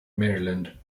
maryland